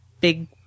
big